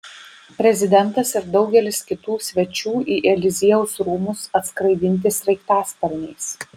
prezidentas ir daugelis kitų svečių į eliziejaus rūmus atskraidinti sraigtasparniais